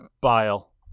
Bile